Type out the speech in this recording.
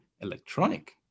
electronic